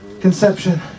Conception